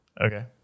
Okay